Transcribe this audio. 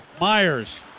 Myers